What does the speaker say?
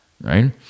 right